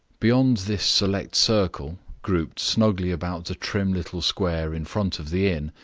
beyond this select circle, grouped snugly about the trim little square in front of the inn,